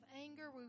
anger